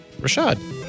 Rashad